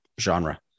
genre